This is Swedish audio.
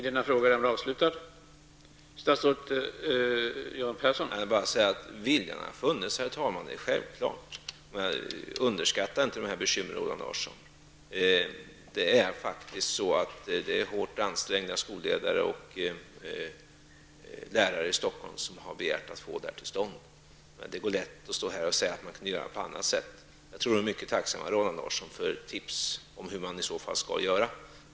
Herr talman! Jag vill bara säga att det är självklart att viljan har funnits. Underskatta inte de här bekymren, Roland Larsson! Det är faktiskt hårt ansträngda skolledare och lärare i Stockholm som har begärt att få denna förändring. Det är lätt att säga att det kunde göras på ett annat sätt. Jag tror att de skulle vara mycket tacksamma, Roland Larsson, för tips om hur man i så fall skall göra.